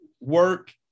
Work